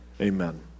Amen